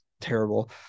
Terrible